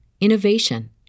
innovation